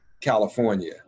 california